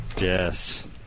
Yes